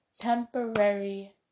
temporary